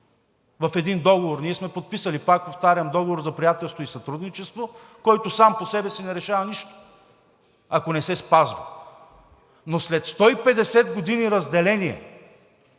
в един договор, ние сме подписали, пак повтарям, Договор за приятелство и сътрудничество, който сам по себе си не решава нищо, ако не се спазва. Но след 150 години разделение,